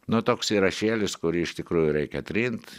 nu toks įrašėlis kurį iš tikrųjų reikia trint